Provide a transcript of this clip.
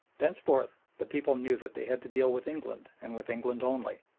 thenceforth the people knew that they had to deal with england and with england only,